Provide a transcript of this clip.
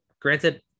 Granted